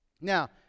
Now